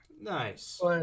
Nice